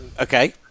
Okay